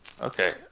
Okay